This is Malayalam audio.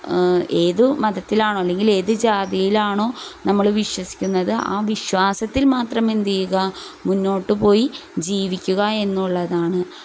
ഏതു മതത്തിലാണോ അല്ലെങ്കിൽ ഏതു ജാതിയിലാണോ നമ്മൾ വിശ്വസിക്കുന്നത് ആ വിശ്വാസത്തിൽ മാത്രം എന്തു ചെയ്യുക മുന്നോട്ടുപോയി ജീവിക്കുക എന്നുള്ളതാണ്